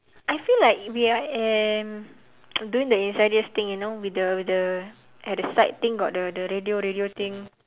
I feel like we are at doing the insidious thing you know with the with the at the side thing got the the radio radio thing